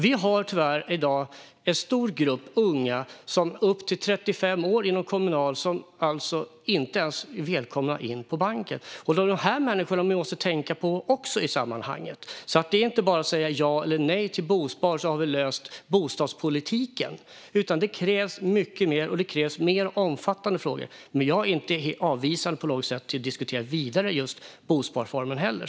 Vi har tyvärr i dag en stor grupp unga, upp till 35 år, inom Kommunal som inte ens är välkomna in på banken. Det är de här människorna vi också måste tänka på i sammanhanget. Större komplement-bostadshus Det är alltså inte bara att säga ja eller nej till bospar och tro att man har löst bostadspolitiken med det. Det krävs mycket mer, och det krävs mer omfattande frågor. Men jag är inte avvisande på något sätt till att diskutera bosparformen vidare.